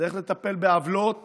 הדרך לטפל בעוולות